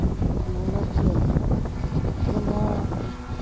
ᱢᱚᱱᱮ ᱠᱮᱭᱟ ᱡᱮ ᱱᱚᱣᱟ